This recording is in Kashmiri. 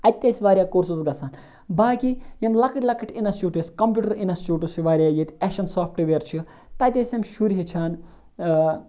اَتہِ تہِ ٲسۍ واریاہ کورسِز گَژھآن باقٕے یِم لۄکٕٹۍ لۄکٕٹۍ اِنَسٹیوٹ ٲسۍ کَمپیوٗٹَر اِنَسٹیوٹٕس چھِ واریاہ ییٚتہِ ایشیَن سافٹویر چھُ تَتہِ ٲسۍ یِم شُرۍ ہیٚچھان